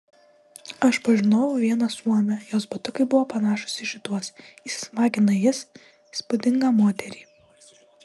aš pažinojau vieną suomę jos batukai buvo panašūs į šituos įsismagina jis įspūdingą moterį